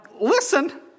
listen